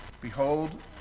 Behold